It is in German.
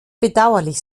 bedauerlich